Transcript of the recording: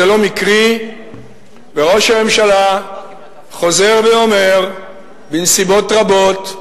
זה לא מקרי, וראש הממשלה חוזר ואומר בנסיבות רבות: